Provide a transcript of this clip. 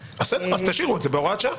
בסדר, אז תשאירו את זה בהוראת שעה.